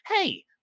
Hey